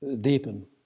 deepen